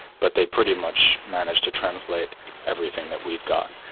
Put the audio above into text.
but they pretty much managed to translate everything that we've got.